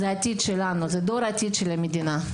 זה דור העתיד של המדינה.